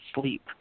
Sleep